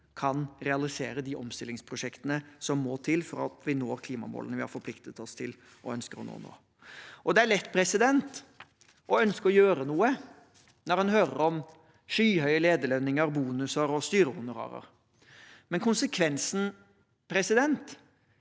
kan realisere de omstillingsprosjektene som må til for at vi når klimamålene vi har forpliktet oss til og ønsker å nå. Det er lett å ønske å gjøre noe når man hører om skyhøye lederlønninger, bonuser og styrehonorarer. Men konsekvensen hvis ett